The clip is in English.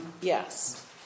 Yes